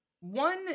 One